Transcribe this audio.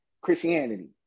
Christianity